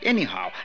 Anyhow